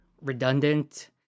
redundant